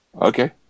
Okay